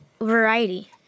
variety